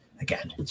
again